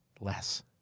less